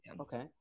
okay